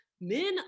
men